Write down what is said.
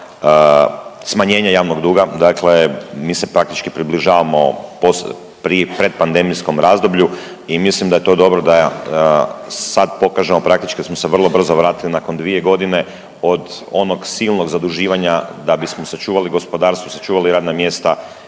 smanjenje javnog duga. Dakle, mi se praktički pribiližavamo post, predpandemijskom razdoblju i mislim da je to dobro da sad pokažemo praktički da smo se vrlo brzo vratili nakon 2 godine od onog silnog zaduživanja da bismo sačuvali gospodarstvo i sačuvali radna mjesta